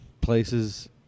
places